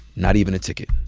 not even a ticket.